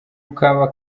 ukaba